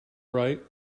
right